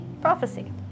prophecy